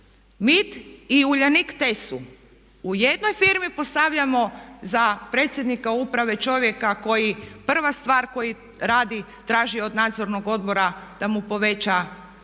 MIT i Uljanik TESU u jednoj firmi postavljamo za predsjednika uprave čovjeka koji, prva stvar koji radi, traži od nadzornog odbora da mu poveća njegove